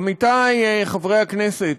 עמיתי חברי הכנסת,